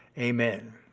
amen.